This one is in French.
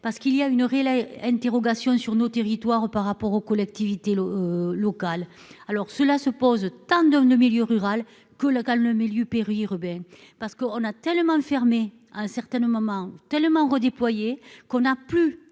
parce qu'il y a une heure et les interrogations sur nos territoires par rapport aux collectivités locales, alors cela se pose tant de pneus milieu rural que local, le milieu péri-urbain parce qu'on a tellement fermé incertaine au moment tellement redéployer qu'on a plus